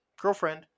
Girlfriend